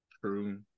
True